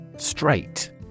Straight